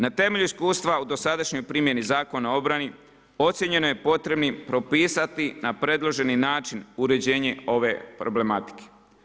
Na temelju iskustva u dosadašnjoj primjeni Zakona o obrani ocijenjeno je potrebnim propisati na predloženi način uređenje ove problematike.